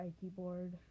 keyboard